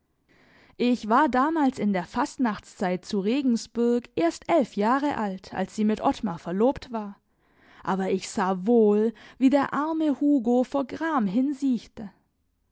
ich war damals in der fastnachtszeit zu regensburg erst elf jahre alt als sie mit ottmar verlobt war aber ich sah wohl wie der arme hugo vor gram hinsiechte